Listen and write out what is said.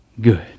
good